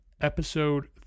episode